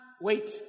wait